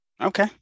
okay